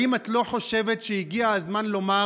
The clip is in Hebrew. האם את לא חושבת שהגיע הזמן לומר: